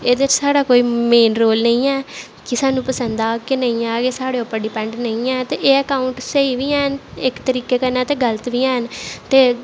एह्दे च साढ़ा कोई मेन रोल नेईं ऐ कि सानूं पसंद आह्ग के नेईं आह्ग एह् साढ़े उप्पर डिपैंड नेईं ऐ ते एह् अकाउंट स्हेई बी हैन इक तरीके कन्नै ते गल्त बी हैन ते